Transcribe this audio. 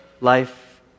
life